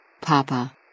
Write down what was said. Papa